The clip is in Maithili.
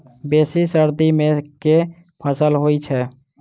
बेसी सर्दी मे केँ फसल होइ छै?